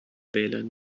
wählern